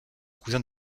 cousin